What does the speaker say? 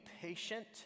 patient